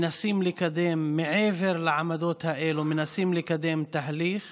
מעבר לעמדות האלו, מנסים לקדם תהליך